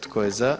Tko je za?